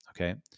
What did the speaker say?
Okay